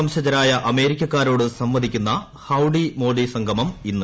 വംശജരായ അമേരിക്കക്കാരോട് സംവദിക്കുന്ന ഹൌഡി മോദി സംഗമം ഇന്ന്